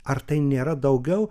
ar tai nėra daugiau